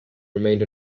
remained